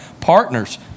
Partners